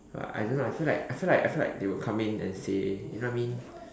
I don't know I feel like I feel like I feel like they will come in and say you know what I mean